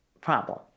problem